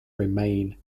remain